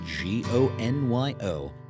G-O-N-Y-O